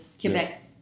Quebec